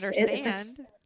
understand